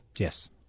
Yes